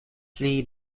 pli